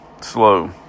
slow